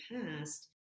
past